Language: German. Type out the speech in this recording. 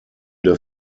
der